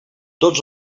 tots